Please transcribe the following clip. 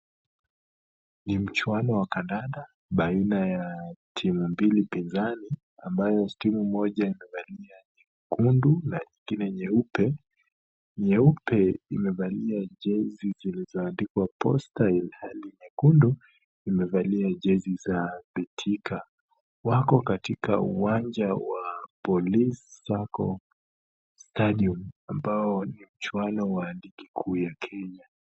Ni mchuano wa kandanda baina ya timu mbili pinzani ambayo timu moja imevalia nyekundu na ingine nyeupe, nyeupe imevalia jezi zilizoandikwa posta ilhali nyekundu imevalia jezi za betika . Wako katika uwanja wa Police Sacco Staduim ambao ni mchuano wa ligi kuu ya kenya.